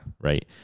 Right